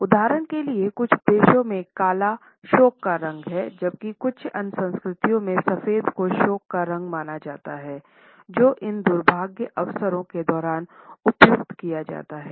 उदाहरण के लिए कुछ देशों में काला शोक का रंग है जबकि कुछ अन्य संस्कृतियों में सफेद को शोक का रंग माना जाता है जो इन दुर्भाग्य अवसरों के दौरान उपयुक्त है